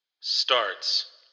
starts